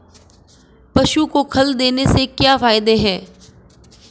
पशु को खल देने से क्या फायदे हैं?